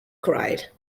cried